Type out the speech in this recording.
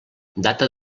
data